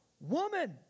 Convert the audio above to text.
woman